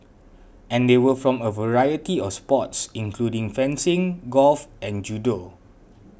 and they were from a variety of sports including fencing golf and judo